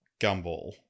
Gumball